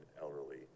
elderly